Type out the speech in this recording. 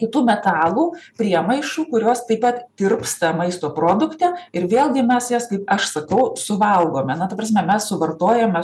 kitų metalų priemaišų kurios taip pat tirpsta maisto produkte ir vėlgi mes jas kaip aš sakau suvalgome na ta prasme mes suvartojame